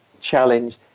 challenge